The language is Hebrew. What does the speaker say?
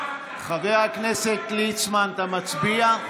מצביע חבר הכנסת ליצמן, אתה מצביע?